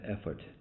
effort